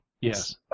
Yes